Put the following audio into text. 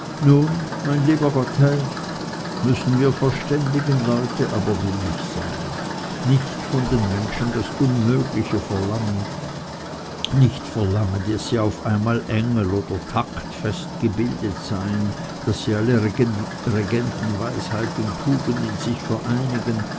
mein lieber gotthelf müssen wir verständigen leute aber billig sein nicht von den menschen das unmögliche verlangen nicht verlangen daß sie auf einmal engel oder taktfest gebildet seien daß sie alle regenten weisheit und tugend in sich vereinigen